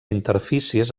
interfícies